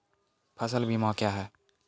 फसल बीमा क्या हैं?